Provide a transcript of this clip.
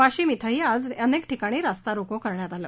वाशिम ॐ आज ही अनेक ठिकाणी रास्ता रोको करण्यात आलं